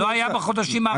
לא היו בחודשים האחרונים.